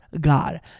God